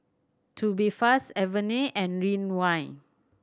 Tubifast Avene and Ridwind